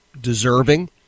deserving